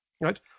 right